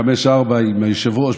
חמישה וארבעה עם היושב-ראש,